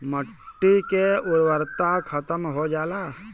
मट्टी के उर्वरता खतम हो जाला